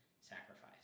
sacrifice